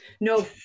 No